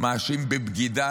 מאשים בבגידה